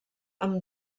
amb